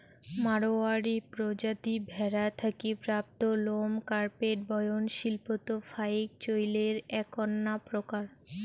মাড়ওয়ারী প্রজাতি ভ্যাড়া থাকি প্রাপ্ত লোম কার্পেট বয়ন শিল্পত ফাইক চইলের এ্যাকনা প্রকার